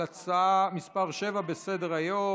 על הצעה מס' 7 בסדר-היום,